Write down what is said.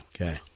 Okay